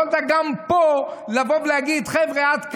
יכולת גם פה לבוא ולהגיד: חבר'ה, עד כאן.